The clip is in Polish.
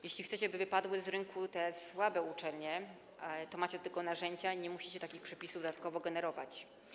Jeśli chcecie, by wypadły z rynku te słabe uczelnie, to macie do tego narzędzia, nie musicie takich przepisów dodatkowo generować.